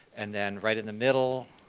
and then right in the middle,